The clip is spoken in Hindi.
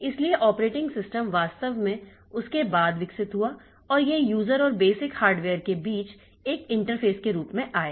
इसलिए ऑपरेटिंग सिस्टम वास्तव में उसके बाद विकसित हुआ और यह यूजर और बेसिक हार्डवेयर के बीच एक इंटरफेस के रूप में आया